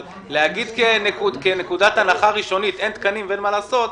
אבל כנקודת הנחה ראשונית שאין תקנים ואין מה לעשות,